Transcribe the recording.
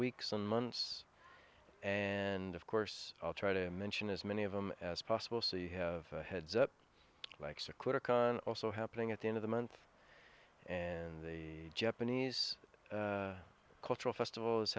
weeks and months and of course i'll try to mention as many of them as possible so you have a heads up thanks or quick on also happening at the end of the month and the japanese cultural festival is